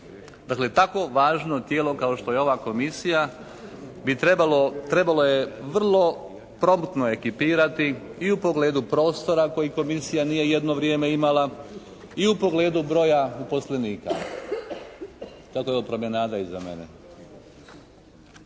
Dakle, tako važno tijelo kao što je ova Komisija trebalo je vrlo promptno ekipirati i u pogledu prostora koji Komisija nije jedno vrijeme imala i u pogledu broja uposlenika. Kakva je ovo promenada iza mene?